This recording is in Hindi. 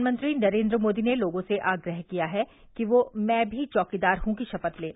प्रधानमंत्री नरेन्द्र मोदी ने लोगों से आग्रह किया है कि वे मैं भी चौकीदार हूँ की शपथ लें